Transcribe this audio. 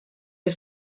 per